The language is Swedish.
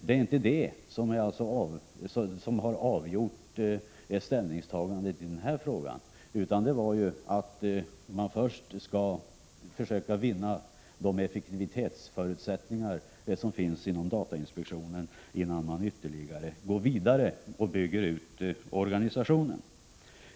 Det är emellertid inte det som har avgjort ställningstagandet i denna fråga, utan det är att man först skall försöka vinna de effektivitetsförutsättningar som finns inom datainspektionen, innan man går vidare och bygger ut organisationen.